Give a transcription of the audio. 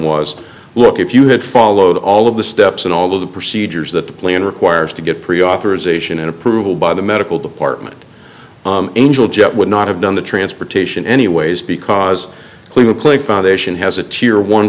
was look if you had followed all of the steps and all of the procedures that the plan requires to get pre authorization in approval by the medical department angel jet would not have done the transportation anyways because clinically foundation has a tier one